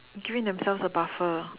giving themselves a buffer